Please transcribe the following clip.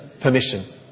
permission